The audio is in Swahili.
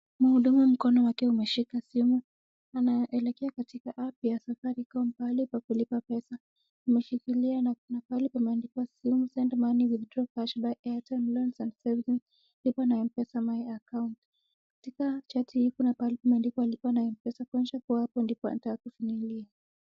Mhudumu mkono wake umeshika simu ,anaelekea katika app ya Safaricom pahali pa kulipa pesa. Ameshikilia na kuna pahali pameandikwa send money, withdraw cash ,buy airtime ,loan sucessful ,lipa na M-pesa ama account .Lipa cheque kuna pahali pameandikwa lipa na M-pesa kuonyesha kuwa hapo ndipo anataka kufinyilia.